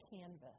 canvas